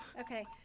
Okay